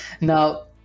Now